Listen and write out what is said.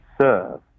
serve